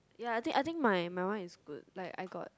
ya ya I think my one is good like I got